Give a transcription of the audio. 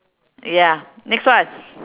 ya next one